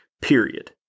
period